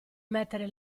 mettere